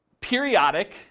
periodic